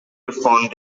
respond